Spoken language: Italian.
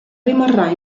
rimarrà